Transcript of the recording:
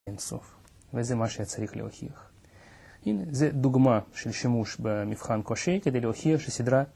אינסוף, וזה מה שצריך להוכיח, הנה זה דוגמה של שימוש במבחן קושי כדי להוכיח שסדרה